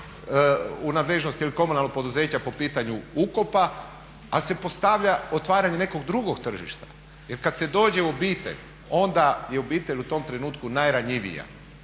u nadležnosti ili komunalnog poduzeća po pitanju ukopa, ali se postavlja otvaranje nekog drugog tržišta. Jer kad se dođe u obitelj onda je obitelj u tom trenutku najranjivija